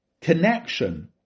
connection